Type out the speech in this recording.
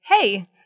hey